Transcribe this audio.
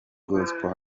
gospel